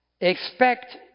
expect